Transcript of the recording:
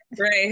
Right